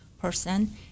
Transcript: person